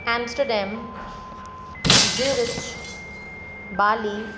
Amsterdam zurich Bali